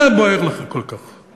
מה בוער לך כל כך?